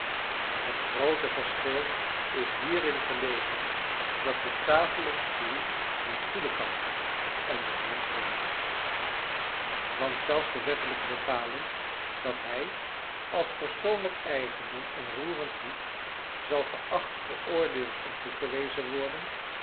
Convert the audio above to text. het groote verschil is hierin gelegen dat de tafel of stoel niet voelen kan en de mensch wel want zelfs de wettelijke bepaling dat hij als persoonlijk eigendom en roerend goed zal geacht geoordeeld en toegewezen worden